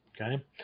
Okay